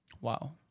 Wow